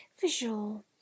visual